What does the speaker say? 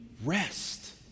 Rest